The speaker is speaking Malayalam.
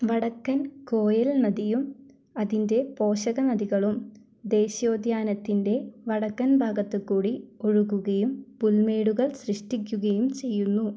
വടക്കൻ കോയൽ നദിയും അതിൻ്റെ പോഷക നദികളും ദേശീയ ഉദ്യാനത്തിൻ്റെ വടക്കൻ ഭാഗത്തുകൂടി ഒഴുകുകയും പുൽമേടുകൾ സൃഷ്ടിക്കുകയും ചെയ്യുന്നു